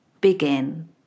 begin